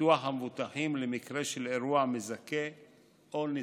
ביטוח המבוטחים למקרה של אירוע מזכה או נזקקות,